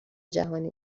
جهانی